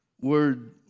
word